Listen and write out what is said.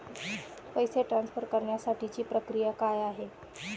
पैसे ट्रान्सफर करण्यासाठीची प्रक्रिया काय आहे?